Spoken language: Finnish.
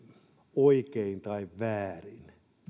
oikein tai väärin